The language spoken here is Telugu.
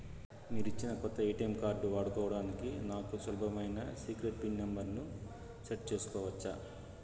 మీరిచ్చిన కొత్త ఎ.టి.ఎం కార్డు వాడుకోవడానికి నాకు సులభమైన సీక్రెట్ పిన్ నెంబర్ ను సెట్ సేసుకోవచ్చా?